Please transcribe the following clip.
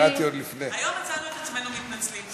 שהיום מצאנו את עצמנו מתנצלים,